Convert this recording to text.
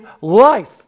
life